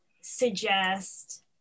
suggest